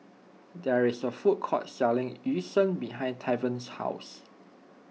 there is a food court selling Yu Sheng behind Tavon's house